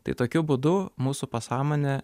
tai tokiu būdu mūsų pasąmonė